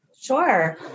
Sure